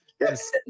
yes